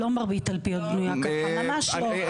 לא מרבית תלפיות בנויה ככה, ממש לא.